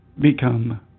become